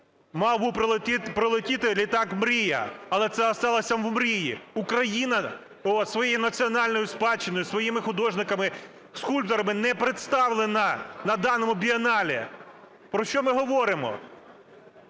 Мав би прилетіти літак "Мрія", але це осталося в мрії. Україна своєю національною спадщиною, своїми художниками, скульпторами не представлена на даному бієнале. Про що ми говоримо?